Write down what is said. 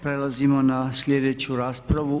Prelazimo na sljedeću raspravu.